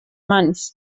manis